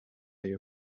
you